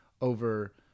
over